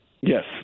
Yes